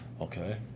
Okay